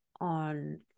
on